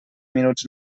minuts